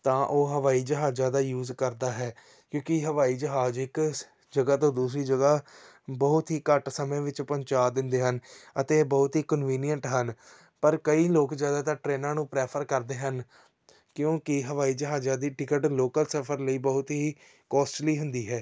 ਤਾਂ ਉਹ ਹਵਾਈ ਜਹਾਜ਼ਾਂ ਦਾ ਯੂਜ਼ ਕਰਦਾ ਹੈ ਕਿਉਂਕਿ ਹਵਾਈ ਜਹਾਜ਼ ਇੱਕ ਜਗ੍ਹਾ ਤੋਂ ਦੂਸਰੀ ਜਗ੍ਹਾ ਬਹੁਤ ਹੀ ਘੱਟ ਸਮੇਂ ਵਿੱਚ ਪਹੁੰਚਾ ਦਿੰਦੇ ਹਨ ਅਤੇ ਇਹ ਬਹੁਤ ਹੀ ਕਨਵੀਨੀਅਟ ਹਨ ਪਰ ਕਈ ਲੋਕ ਜ਼ਿਆਦਾਤਰ ਟ੍ਰੇਨਾਂ ਨੂੰ ਪ੍ਰੈਫਰ ਕਰਦੇ ਹਨ ਕਿਉਂਕਿ ਹਵਾਈ ਜਹਾਜ਼ਾਂ ਦੀ ਟਿਕਟ ਲੋਕਲ ਸਫ਼ਰ ਲਈ ਬਹੁਤ ਹੀ ਕੋਸਟਲੀ ਹੁੰਦੀ ਹੈ